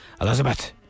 Elizabeth